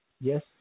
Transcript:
Yes